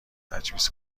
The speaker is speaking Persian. تجویز